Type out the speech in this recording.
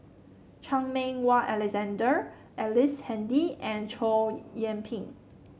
Chan Meng Wah Alexander Ellice Handy and Chow Yian Ping